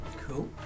Cool